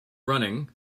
running